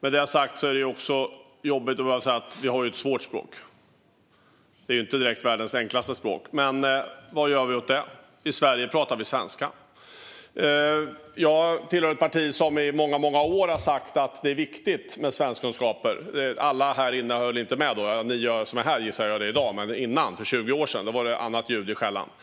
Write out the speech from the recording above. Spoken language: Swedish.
Men tyvärr är svenska inte världens enklaste språk. Vad gör vi åt det? I Sverige pratar vi svenska. Jag tillhör ett parti som i många år har sagt att det är viktigt med svenskkunskaper. I dag håller alla här inne kanske med om det, men för 20 år sen var det annat ljud i skällan.